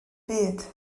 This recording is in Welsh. byd